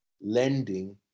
lending